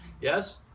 Yes